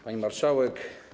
Pani Marszałek!